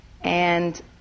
and-